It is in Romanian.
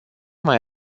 mai